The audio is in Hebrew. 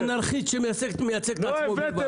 אנרכיסט שמייצג את עצמו בלבד.